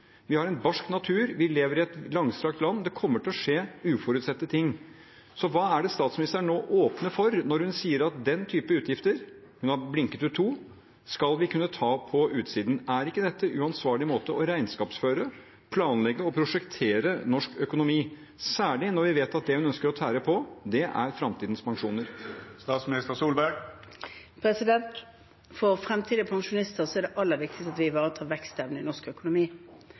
Vi har en barsk natur, vi lever i et langstrakt land – det kommer til å skje uforutsette ting. Så hva er det statsministeren nå åpner for når hun sier at den typen utgifter – hun har blinket ut to – skal vi kunne ta på utsiden? Er ikke dette en uansvarlig måte å regnskapsføre, planlegge og prosjektere norsk økonomi på, særlig når vi vet at det hun ønsker å tære på, er framtidens pensjoner? For fremtidens pensjonister er det aller viktigste at vi ivaretar vekstevnen i norsk økonomi.